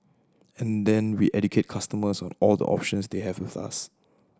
and then we educate customers on all the options they have with us